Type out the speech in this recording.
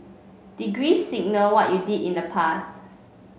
degree signal what you did in the past